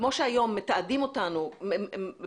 כמו שהיום מתעדים אותנו אם אנחנו נוסעים